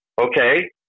okay